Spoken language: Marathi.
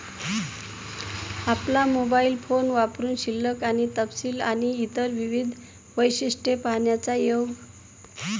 आपला मोबाइल फोन वापरुन शिल्लक आणि तपशील आणि इतर विविध वैशिष्ट्ये पाहण्याचा योग